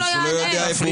נמנעים.